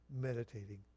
meditating